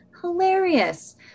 Hilarious